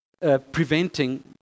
preventing